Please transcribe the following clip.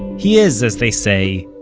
he is, as they say,